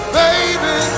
baby